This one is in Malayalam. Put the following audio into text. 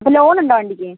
അപ്പോൾ ലോൺ ഉണ്ടോ വണ്ടിക്ക്